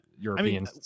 European